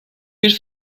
bir